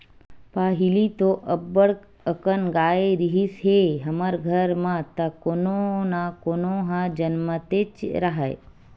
पहिली तो अब्बड़ अकन गाय रिहिस हे हमर घर म त कोनो न कोनो ह जमनतेच राहय